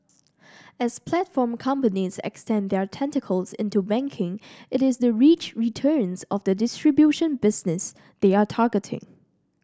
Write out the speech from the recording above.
as platform companies extend their tentacles into banking it is the rich returns of the distribution business they are targeting